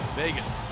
vegas